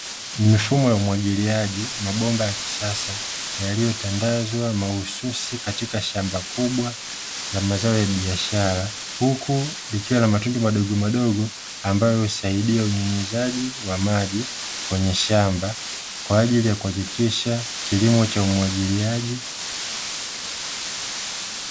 Mifumo ya umwagiliaji, mabomba ya kisasa, yaliyotandazwa mahususi katika shamba kubwa la mazao ya biashara, huku likiwa na matundu madogomadogo ambayo husaidia unyunyizaji wa maji kwenye shamba kwa ajili ya kuhakikisha kilimo cha umwagiliaji.